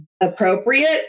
Appropriate